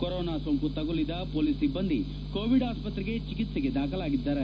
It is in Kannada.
ಕೊರೊನಾ ಸೋಂಕು ತಗುಲಿದ ಪೊಲೀಸ್ ಸಿಬ್ಲಂದಿ ಕೋವಿಡ್ ಆಸ್ತ್ರೆಗೆ ಚಿಕಿತ್ಸೆಗೆ ದಾಖಲಾಗಿದ್ದಾರೆ